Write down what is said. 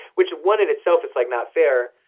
which one in itself it's like not fair,